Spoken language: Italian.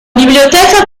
biblioteca